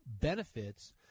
benefits